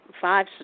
five